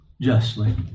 justly